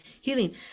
healing